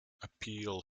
appeal